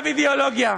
ועכשיו אידיאולוגיה.